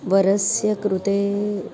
वरस्य कृते